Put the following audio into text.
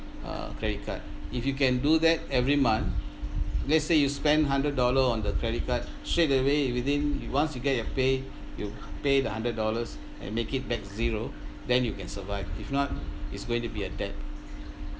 uh credit card if you can do that every month let's say you spend hundred dollar on the credit card straight away within once you get your pay you pay the hundred dollars and make it back zero then you can survive if not it's going to be a debt